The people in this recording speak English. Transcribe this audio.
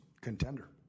contender